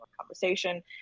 conversation